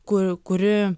kur kuri